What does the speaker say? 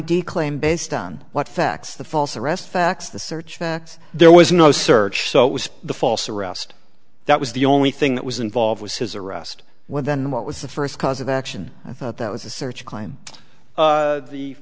d claim based on what facts the false arrest facts the search there was no search so it was the false arrest that was the only thing that was involved was his arrest when then what was the first cause of action i thought that was a search claim